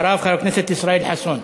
אחריו, חבר הכנסת ישראל חסון.